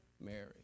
Mary